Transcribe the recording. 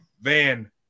van